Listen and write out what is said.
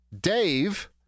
Dave